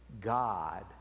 God